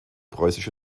preußisch